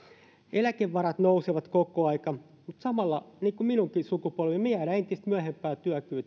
eläkevarat nousevat koko ajan mutta samalla niin kuin minunkin sukupolveni jäädään entistä myöhempään